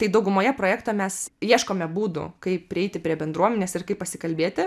tai daugumoje projektų mes ieškome būdų kaip prieiti prie bendruomenės ir kaip pasikalbėti